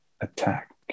attack